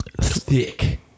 thick